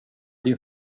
din